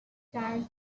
stars